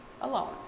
alone